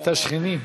את השכנים.